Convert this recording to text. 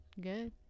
good